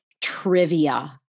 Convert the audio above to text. trivia